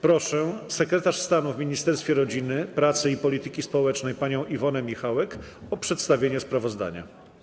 Proszę sekretarz stanu w Ministerstwie Rodziny, Pracy i Polityki Społecznej panią Iwonę Michałek o przedstawienie sprawozdania.